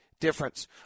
Difference